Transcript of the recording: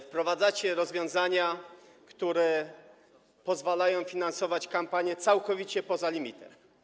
Wprowadzacie rozwiązania, które pozwalają finansować kampanie całkowicie poza limitem.